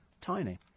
tiny